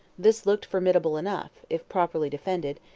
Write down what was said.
this looked formidable enough, if properly defended,